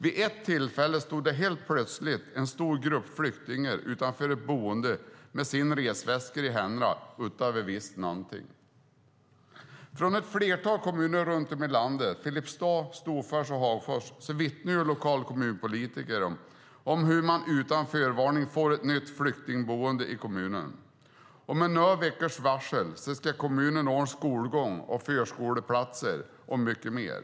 Vid ett tillfälle stod det helt plötsligt en stor grupp flyktingar utanför ett boende med sina resväskor i händerna utan att vi visste någonting. Från ett flertal kommuner runt om i landet som Filipstad, Storfors och Hagfors vittnar lokala kommunpolitiker om hur man utan förvarning får ett nytt flyktingboende i kommunen. Med någon veckas varsel ska kommunen ordna skolgång, förskoleplatser och mycket mer.